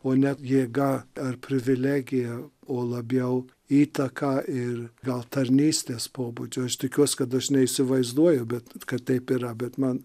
o ne jėga ar privilegija o labiau įtaka ir gal tarnystės pobūdžio aš tikiuos kad aš neįsivaizduoju bet kad taip yra bet man